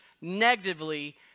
negatively